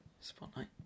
Spotlight